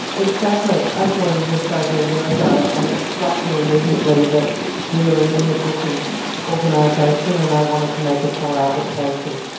exactly. i joined just over a year ago and it struck me immediately that we were an inward looking organisation and i wanted to make us more outward facing.